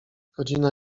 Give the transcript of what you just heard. godzina